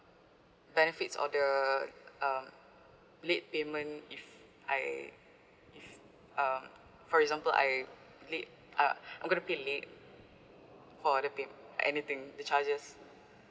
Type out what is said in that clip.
benefits or the um late payment if I if um for example I late uh I'm gonna pay late for the pay anything the charges